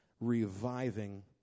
reviving